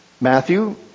Matthew